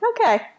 okay